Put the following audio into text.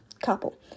couple